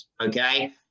Okay